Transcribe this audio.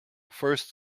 first